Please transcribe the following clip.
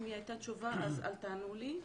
אם הייתה תשובה אז אל תענו לי,